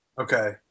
Okay